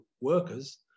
workers